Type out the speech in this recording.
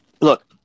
look